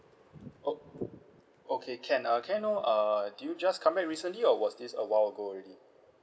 oh okay can uh I know uh did you just come back recently or was this a while already